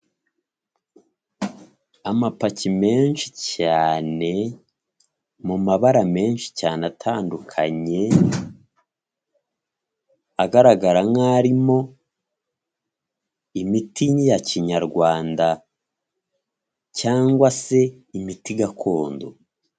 Amapaki menshi cyane, mu mabara menshi cyane atandukanye, agaragara nk'arimo imiti ya kinyarwanda cyangwa se imiti gakondo.